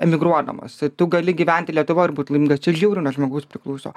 emigruodamas tu gali gyventi lietuvoj ir būt laimingas čia žiauriai nuo žmogaus priklauso